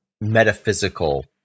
metaphysical